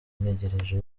ntegereje